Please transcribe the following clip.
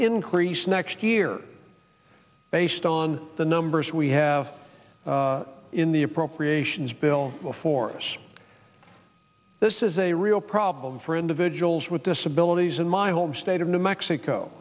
increase next year based on the numbers we have in the appropriations bill before us this is a real problem for individuals with disabilities in my home state of new mexico